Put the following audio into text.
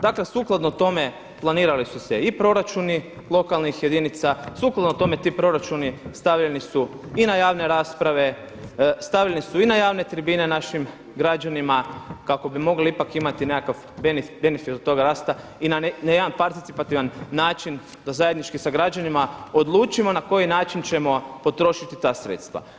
Dakle sukladno tome planirale su se i proračuni lokalnih jedinica, sukladno tome ti proračuni stavljeni su i na javne rasprave stavljeni su i na javne tribine našim građanima kako bi mogli ipak imati benfit toga rasta i na jedan participativan način da zajednički sa građanima odlučimo na koji način ćemo potrošiti ta sredstva.